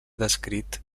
descrit